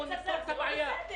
--- נפתור את הבעיה.